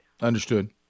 Understood